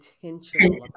intentional